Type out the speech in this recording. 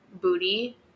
booty